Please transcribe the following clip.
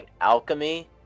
alchemy